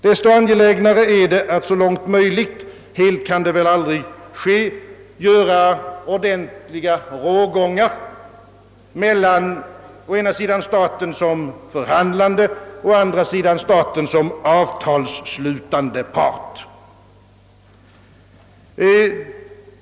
Desto angelägnare är det att så långt möjligt — helt kan det väl aldrig gå — hålla boskillnad mellan staten som förhandlare och avtalsslutande part.